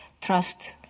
trust